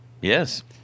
Yes